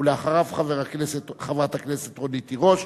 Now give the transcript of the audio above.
ואחריו, חברת הכנסת רונית תירוש.